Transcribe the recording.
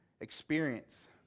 experience